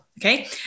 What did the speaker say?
Okay